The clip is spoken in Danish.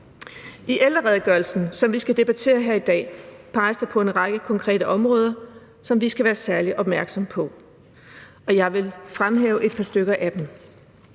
I ældreredegørelsen, som vi skal debattere her i dag, peges der på en række konkrete områder, som vi skal være særlig opmærksom på, og jeg vil fremhæve et par stykker af dem.